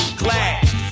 glass